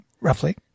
Roughly